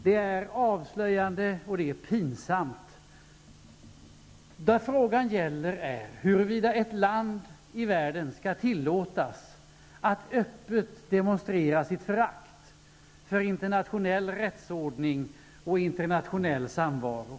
Det är avslöjande och pinsamt! Frågan gäller huruvida ett land i världen skall tillåtas att öppet demonstrera sitt förakt för internationell rättsordning och internationell samvaro.